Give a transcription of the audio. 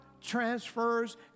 transfers